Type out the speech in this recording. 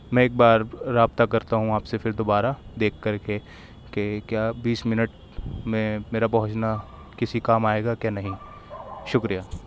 میں ایک بار رابطہ کرتا ہوں آپ سے پھر دوبارہ دیکھ کر کے کہ کیا بیس منٹ میں میرا پہنچنا کسی کام آئے گا کہ نہیں شُکریہ